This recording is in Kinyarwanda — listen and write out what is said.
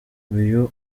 uyu